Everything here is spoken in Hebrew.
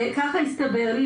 ככה הסתבר לי,